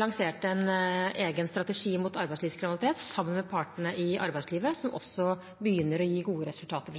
lansert en egen strategi mot arbeidslivskriminalitet – sammen med partene i arbeidslivet – som også begynner å gi gode resultater.